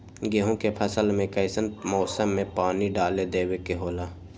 गेहूं के फसल में कइसन मौसम में पानी डालें देबे के होला?